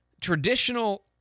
traditional